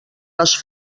les